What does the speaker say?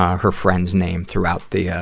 her friend's name throughout the, ah,